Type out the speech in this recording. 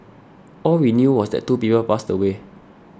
all we knew was that two people passed away